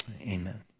Amen